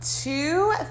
two